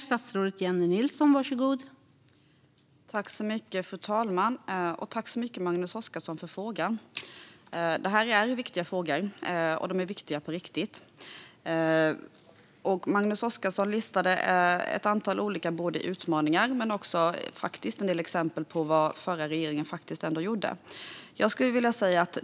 Fru talman! Detta är viktiga frågor, och de är viktiga på riktigt. Magnus Oscarsson listade både ett antal utmaningar och också exempel på vad den förra regeringen ändå gjorde.